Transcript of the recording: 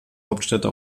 hauptstädte